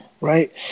Right